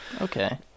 Okay